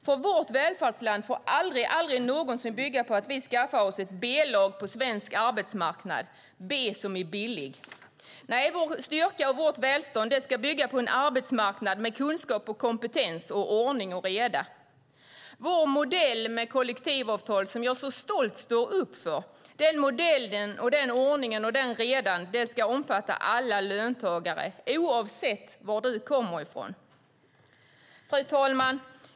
För vårt välfärdsland får aldrig någonsin bygga på att vi skaffar oss ett B-lag på svensk arbetsmarknad - B som i billig. Nej, vår styrka och vårt välstånd ska bygga på en arbetsmarknad med kunskap och kompetens och ordning och reda. Vår modell med kollektivavtal står jag stolt upp för. Den modellen och den ordningen och redan ska omfatta alla löntagare, oavsett var de kommer ifrån. Fru talman!